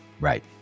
Right